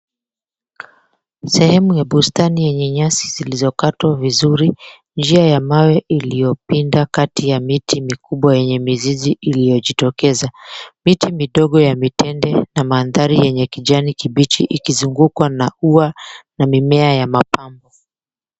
Sehemu ya bustani yenye nyasi zilizokatwa vizuri, njia ya mawe iliyopinda kati ya miti mikubwa yenye mizizi iliyojitokeza. Miti midogo yenye mitende na maandhari ya kijani kibichi, ikizungukwa na ua na mimea ya mapambo.